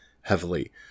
heavily